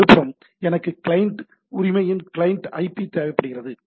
மறுபுறம் எனக்கு கிளையன்ட் உரிமையின் கிளையன்ட் ஐபி தேவைப்படுகிறது